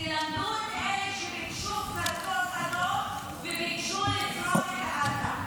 תלמדו את אלה שביקשו פצצות אטום וביקשו לשרוף את עזה.